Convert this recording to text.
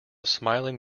smiling